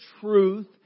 truth